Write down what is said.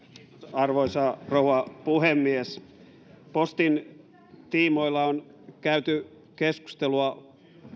arvoisa rouva puhemies postin tiimoilla on käyty keskustelua